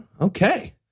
Okay